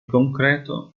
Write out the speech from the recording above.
concreto